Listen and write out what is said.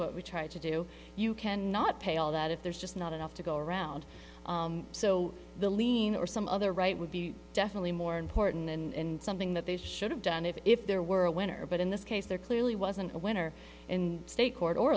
what we tried to do you can not pay all that if there's just not enough to go around so the lien or some other right would be definitely more important in something that they should have done if there were a winner but in this case there clearly wasn't a winner in state court or